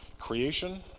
Creation